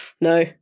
No